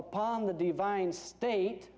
upon the divine state